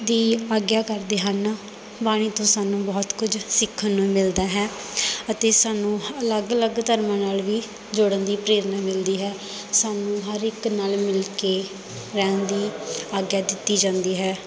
ਦੀ ਆਗਿਆ ਕਰਦੇ ਹਨ ਬਾਣੀ ਤੋਂ ਸਾਨੂੰ ਬਹੁਤ ਕੁਝ ਸਿੱਖਣ ਨੂੰ ਮਿਲਦਾ ਹੈ ਅਤੇ ਸਾਨੂੰ ਅਲੱਗ ਅਲੱਗ ਧਰਮਾਂ ਨਾਲ ਵੀ ਜੋੜਨ ਦੀ ਪ੍ਰੇਰਨਾ ਮਿਲਦੀ ਹੈ ਸਾਨੂੰ ਹਰ ਇੱਕ ਨਾਲ ਮਿਲ ਕੇ ਰਹਿਣ ਦੀ ਆਗਿਆ ਦਿੱਤੀ ਜਾਂਦੀ ਹੈ